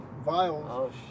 Vials